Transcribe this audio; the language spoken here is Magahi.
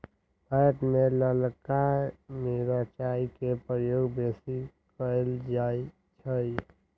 भारत में ललका मिरचाई के प्रयोग बेशी कएल जाइ छइ